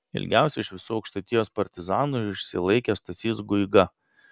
ilgiausiai iš visų aukštaitijos partizanų išsilaikė stasys guiga